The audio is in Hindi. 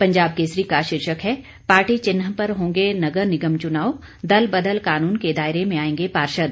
पंजाब केसरी का शीर्षक है पार्टी चिहन पर होंगे नगर निगम चूनाव दल बदल कानून के दायरे में आएंगे पार्षद